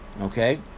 Okay